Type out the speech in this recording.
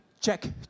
check